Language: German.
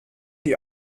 die